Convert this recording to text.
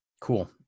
Cool